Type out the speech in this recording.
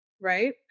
Right